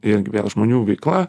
vėlgi vėl žmonių veikla